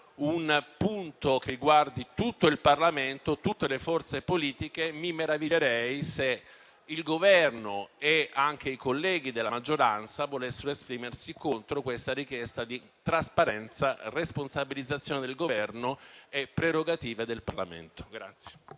un punto che riguarda tutto il Parlamento e tutte le forze politiche. Mi meraviglierei se il Governo e anche i colleghi della maggioranza volessero esprimersi contro questa richiesta di trasparenza, responsabilizzazione del Governo e prerogative del Parlamento.